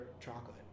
chocolate